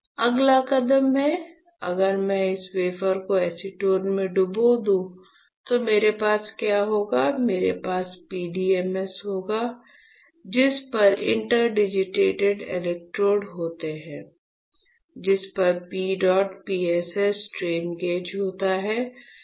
अगला कदम है अगर मैं इस वेफर को एसीटोन में डुबो दूं तो मेरे पास क्या होगा मेरे पास PDMS होगा जिस पर इंटरडिजिटेटेड इलेक्ट्रोड होते हैं जिस पर P dot PSS strain gauge होता है